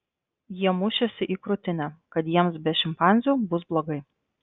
jie mušėsi į krūtinę kad jiems be šimpanzių bus blogai